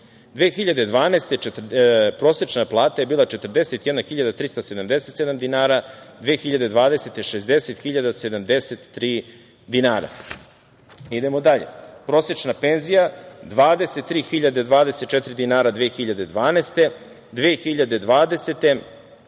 2012. prosečna plata je bila 41.377 dinara, 2020. godine 60.073 dinara. Idemo dalje, prosečna penzija 23.024 dinara 2012.